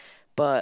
but